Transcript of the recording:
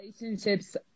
Relationships